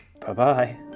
Bye-bye